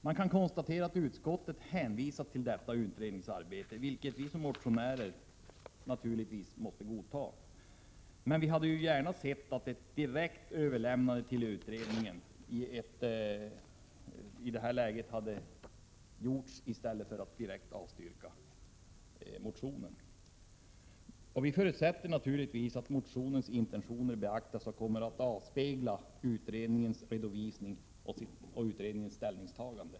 Man kan konstatera att utskottet har hänvisat till detta utredningsarbete, vilket vi motionärer naturligtvis måste godta. Men vi hade i detta läge gärna sett att ett direkt överlämnande hade gjorts till utredningen i stället för att motionen avstyrktes. Vi förutsätter naturligtvis att motionens intentioner beaktas och kommer att avspeglas i utredningens redovisning och ställningstagande.